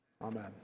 Amen